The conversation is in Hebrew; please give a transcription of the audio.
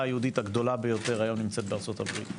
הקהילה היהודית הגדולה ביותר נמצאת בארצות הברית,